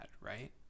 right